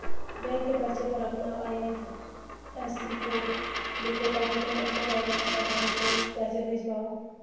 bank के पर्चे पर अपना आई.एफ.एस.सी कोड लिखो ताकि तुम अन्य बैंक खाता धारक को पैसे भेज पाओ